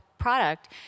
product